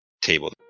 table